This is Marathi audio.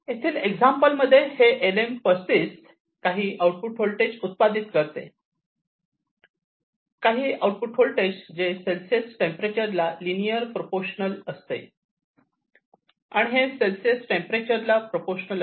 येथील एक्झाम्पल मध्ये हे LM35 काही आउटपुट होल्टेज उत्पादित करते काही आउटपुट होल्टेज जे सेल्सिअस टेम्परेचर ला लिनियर प्रपोशनल असते हे ये सेल्सिअस टेम्परेचर ला प्रपोशनल असते